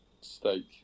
steak